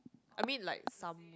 I mean like some